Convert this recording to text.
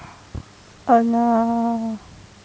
oh no